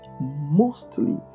mostly